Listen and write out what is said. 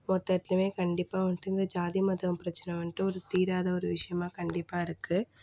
மொத்த இடத்துலேயுமே கண்டிப்பாக வந்துட்டு இந்த ஜாதி மதம் பிரச்சனை வந்துட்டு ஒரு தீராத ஒரு விஷயமாக கண்டிப்பாருக்குது